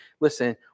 listen